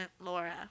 laura